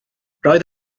roedd